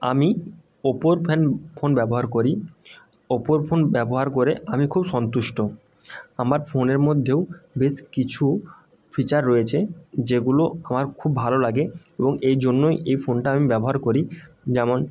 আমি ওপোর fan phone ব্যবহার করি ওপোর ফোন ব্যবহার করে আমি খুব সন্তুষ্ট আমার ফোনের মধ্যেও বেশ কিছু ফিচার রয়েছে যেগুলো আমার খুব ভালো লাগে এবং এই জন্যই এই ফোনটা আমি ব্যবহার করি যেমন